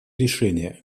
решения